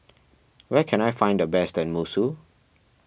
where can I find the best Tenmusu